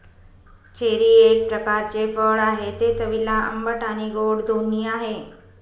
cherry एक प्रकारचे फळ आहे, ते चवीला आंबट आणि गोड दोन्ही आहे